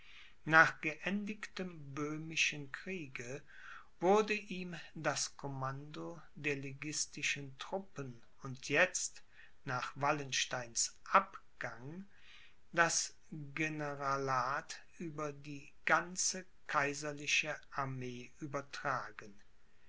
nach geendigtem böhmischen kriege wurde ihm das commando der liguistischen truppen und jetzt nach wallensteins abgang das generalat über die ganze kaiserliche armee übertragen